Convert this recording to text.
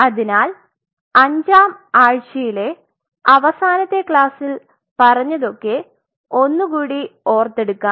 അതിനാൽ അഞ്ചാം ആഴ്ചയിലെ അവസാനത്തെ ക്ലാസ്സിൽ പറഞ്ഞതൊക്കെ ഒന്നുകൂടി ഓർത്തെടുക്കാം